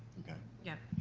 okay. yeah.